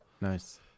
Nice